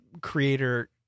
creator